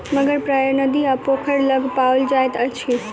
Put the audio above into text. मगर प्रायः नदी आ पोखैर लग पाओल जाइत अछि